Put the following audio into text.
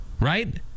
right